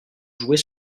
jouer